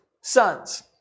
sons